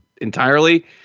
entirely